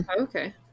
Okay